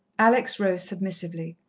alex rose submissively.